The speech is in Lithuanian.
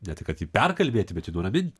ne tai kad jį perkalbėti bet jį nuramint